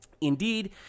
Indeed